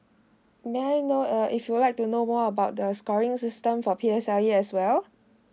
may I know uh if you would like to know more about the scoring system for P_S_L_E as well